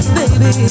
baby